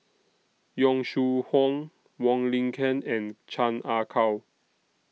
Yong Shu Hoong Wong Lin Ken and Chan Ah Kow